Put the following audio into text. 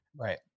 right